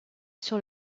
sur